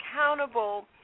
accountable